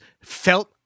felt